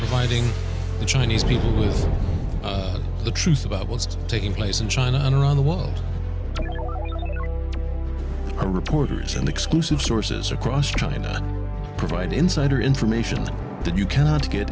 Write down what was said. fighting the chinese people is the truth about what's taking place in china and around the world are reporters and exclusive sources across china provide insider information that you cannot get